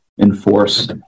enforce